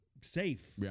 safe